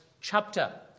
chapter